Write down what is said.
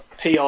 PR